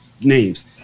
names